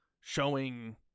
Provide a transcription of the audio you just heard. showing